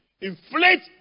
Inflate